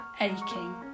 aching